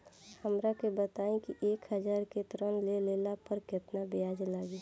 हमरा के बताई कि एक हज़ार के ऋण ले ला पे केतना ब्याज लागी?